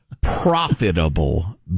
profitable